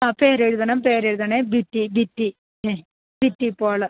ആ പേരെഴുതണം പേരെഴുതണം Bitty Bitty A Bitty Paul